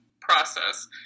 process